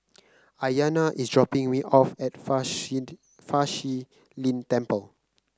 Aiyana is dropping me off at Fa Shi Fa Shi Lin Temple